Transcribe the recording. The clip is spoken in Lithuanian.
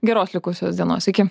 geros likusios dienos iki